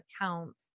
accounts